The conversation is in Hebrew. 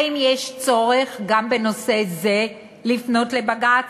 האם יש צורך גם בנושא זה לפנות לבג"ץ?